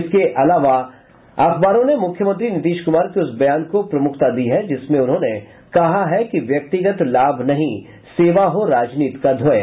इसके अलावा अखबारों ने मुख्यमंत्री नीतीश कुमार के उस बयान को प्रमुखता दी है जिसमें उन्होंने कहा है कि व्यक्तिगत लाभ नहीं सेवा हो राजनीति का ध्येय